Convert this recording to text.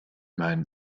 meinen